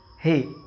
Hey